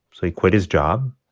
so he quit his job.